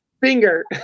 finger